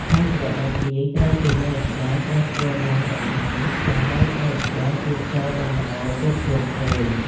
ការច្របាច់លាយ ត្រីជាមួយអំបិលត្រូវធ្វើឡើងដោយដៃដើម្បីឱ្យអំបិលជ្រាបចូលបានល្អគ្រប់ជ្រុងជ្រោយ។